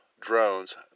drones